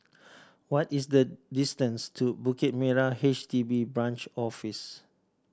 what is the distance to Bukit Merah H D B Branch Office